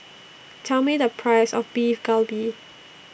Tell Me The Price of Beef Galbi